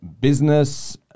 business